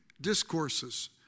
discourses